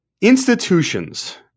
Institutions